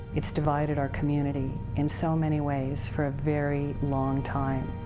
it's divided our community in so many ways for a very long time.